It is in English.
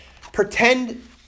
pretend